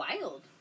wild